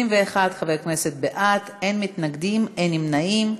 21 חברי כנסת בעד, אין מתנגדים, אין נמנעים.